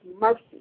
mercy